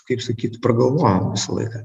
kaip sakyt pragalvojam visą laiką